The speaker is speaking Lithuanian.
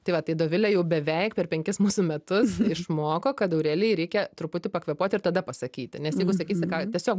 tai va tai dovilė jau beveik per penkis mūsų metus išmoko kad aurelijai reikia truputį pakvėpuoti ir tada pasakyti nes jeigu sakysi ką tiesiog